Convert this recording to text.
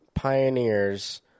pioneers